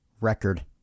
record